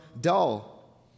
dull